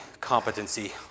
competency